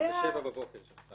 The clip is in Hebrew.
--- ב-07:00 בבוקר היא שלחה.